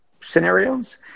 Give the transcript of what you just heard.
scenarios